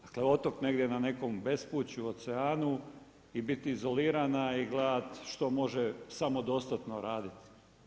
Dakle, otok negdje na nekom bespuću, oceanu i biti izolirana i gledat što može samodostatno raditi.